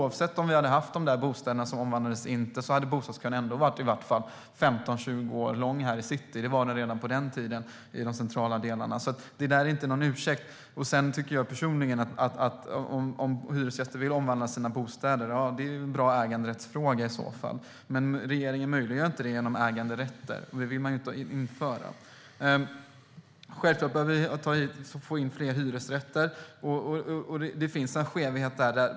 Även om vi hade haft de bostäder som omvandlades hade bostadskötiden ändå varit åtminstone 15-20 år här i city. Det var den redan på den tiden i de centrala delarna, så det är ingen ursäkt. Personligen tycker jag att det är en fråga om bra äganderätt om hyresgäster vill omvandla sina bostäder, men regeringen möjliggör inte detta genom äganderätter. Det vill man inte införa. Självfallet behöver vi fler hyresrätter. Det finns en skevhet där.